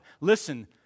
listen